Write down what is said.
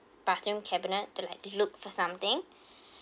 bathroom cabinet to like look for something